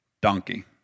donkey